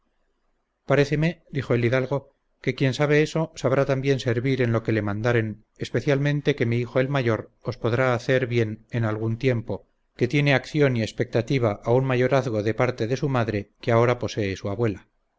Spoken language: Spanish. dios paréceme dijo el hidalgo que quien sabe eso sabrá también servir en lo que le mandaren especialmente que mi hijo el mayor os podrá hacer bien en algún tiempo que tiene acción y expectativa a un mayorazgo de parte de su madre que ahora posee su abuela